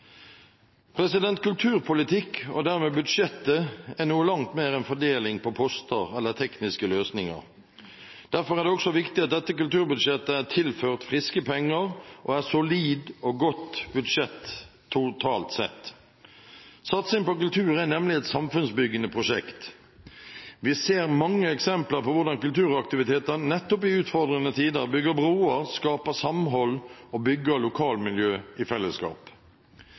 Kulturpolitikk, og dermed budsjettet, er noe langt mer enn fordeling på poster eller tekniske løsninger. Derfor er det også viktig at dette kulturbudsjettet er tilført friske penger og er et solid og godt budsjett totalt sett. Satsing på kultur er nemlig et samfunnsbyggende prosjekt. Vi ser mange eksempler på hvordan kulturaktiviteter nettopp i utfordrende tider bygger broer, skaper samhold og bygger lokalmiljø i fellesskap.